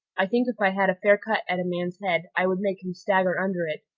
i think if i had a fair cut at a man's head i would make him stagger under it,